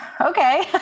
Okay